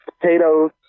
potatoes